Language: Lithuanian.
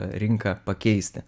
rinką pakeisti